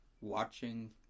watching